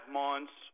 months